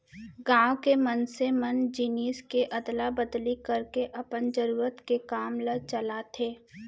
गाँव के मनसे मन जिनिस के अदला बदली करके अपन जरुरत के काम ल चलाथे